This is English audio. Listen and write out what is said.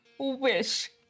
wish